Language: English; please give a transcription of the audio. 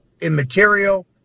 immaterial